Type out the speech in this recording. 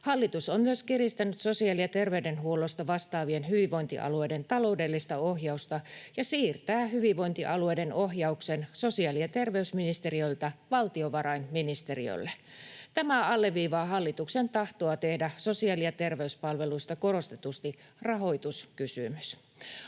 Hallitus on myös kiristänyt sosiaali- ja terveydenhuollosta vastaavien hyvinvointialueiden taloudellista ohjausta ja siirtää hyvinvointialueiden ohjauksen sosiaali- ja terveysministeriöltä valtiovarainministeriölle. Tämä alleviivaa hallituksen tahtoa tehdä sosiaali- ja terveyspalveluista korostetusti rahoituskysymys.